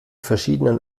verschiedenen